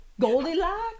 Goldilocks